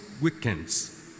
weekends